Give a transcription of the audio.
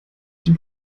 den